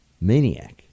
maniac